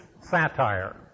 Satire